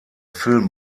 film